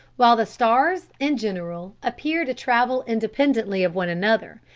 while the stars in general appear to travel independently of one another,